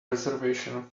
reservation